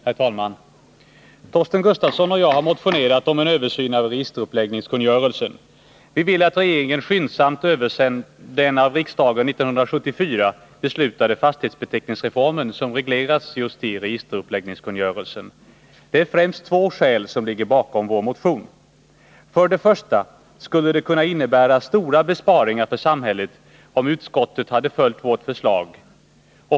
Herr talman! Torsten Gustafsson och jag har motionerat om en översyn av registeruppläggningskungörelsen. Vi vill att regeringen skyndsamt överser den av riksdagen 1974 beslutade fastighetsbeteckningsreformen, som regleras i registeruppläggningskungörelsen. Det är främst två skäl som ligger bakom vår motion. För det första skulle det ha kunnat innebära stora besparingar för samhället, om utskottet hade följt vårt förslag.